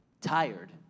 tired